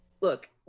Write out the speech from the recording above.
Look